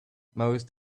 most